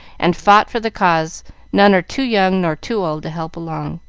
and fought for the cause none are too young nor too old to help along.